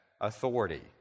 authority